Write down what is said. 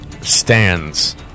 stands